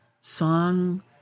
song